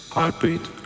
Heartbeat